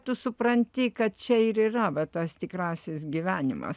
tu supranti kad čia ir yra va tas tikrasis gyvenimas